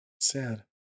Sad